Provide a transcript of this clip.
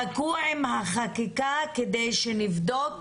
חכו עם החקיקה כדי שנבדוק,